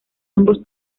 ambos